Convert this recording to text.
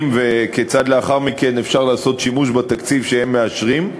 וכיצד לאחר מכן אפשר לעשות שימוש בתקציב שהם מאשרים,